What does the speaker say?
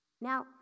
Now